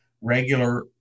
Regular